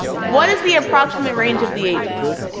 what is the approximate range of the ages?